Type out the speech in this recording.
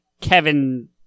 Kevin